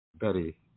Betty